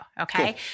Okay